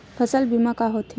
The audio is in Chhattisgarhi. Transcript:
फसल बीमा का होथे?